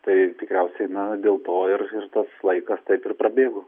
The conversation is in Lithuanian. tai tikriausiai na dėl to ir tas laikas taip ir prabėgo